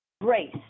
Grace